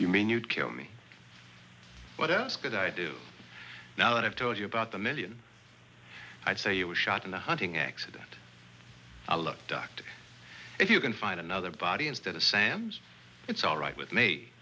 you mean you'd kill me what else could i do now that i've told you about the million i'd say you were shot in the hunting accident i look doctor if you can find another body instead assam's it's all right with me